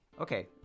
Okay